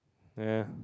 ya